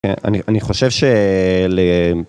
אני חושב ש...ל...מ...